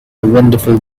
wonderful